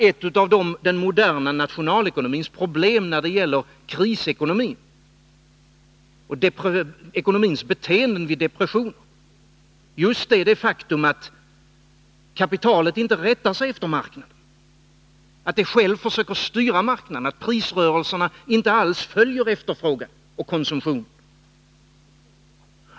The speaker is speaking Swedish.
Ett av den moderna nationalekonomins problem när det gäller krisekonomin och ekonomins beteende vid depressioner är ju just det faktum att kapitalet inte rättar sig efter marknaden utan självt försöker styra den och att prisrörelserna inte alls följer efterfrågan och konsumtionen.